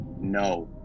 no